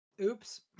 Oops